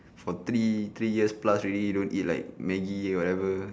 for three three years plus already don't eat like Maggi whatever